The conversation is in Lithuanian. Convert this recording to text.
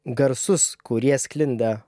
garsus kurie sklinda